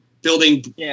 building